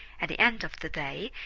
at the end of the day,